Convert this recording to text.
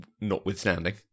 notwithstanding